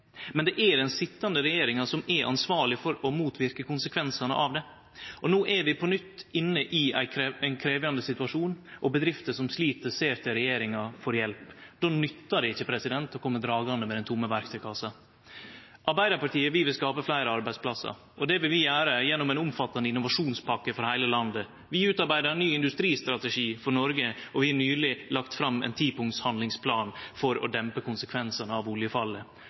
Men det er den sitjande regjeringa som er ansvarleg for å motverke konsekvensane av det. No er vi på nytt inne i ein krevjande situasjon, og bedrifter som slit, ser til regjeringa for hjelp. Då nyttar det ikkje å kome dragande med den tomme verktøykassa. Arbeidarpartiet vil skape fleire arbeidsplassar, og det vil vi gjere gjennom ein omfattande innovasjonspakke for heile landet. Vi utarbeider ny industristrategi for Noreg og har nyleg lagt fram ein tipunkts handlingsplan for å dempe konsekvensane av oljefallet.